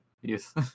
Yes